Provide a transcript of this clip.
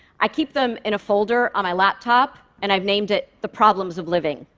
i keep them in a folder on my laptop, and i've named it the problems of living.